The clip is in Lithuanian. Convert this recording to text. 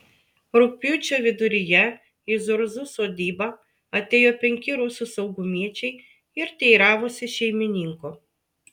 rugpjūčio viduryje į zurzų sodybą atėjo penki rusų saugumiečiai ir teiravosi šeimininko